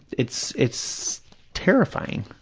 it's, it's terrifying.